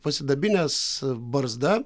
pasidabinęs barzda